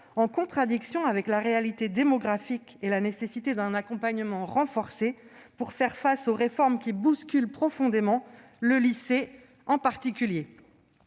en contradiction avec la réalité démographique et la nécessité d'un accompagnement renforcé pour faire face aux réformes qui bousculent profondément, en particulier,